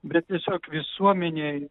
bet tiesiog visuomenėj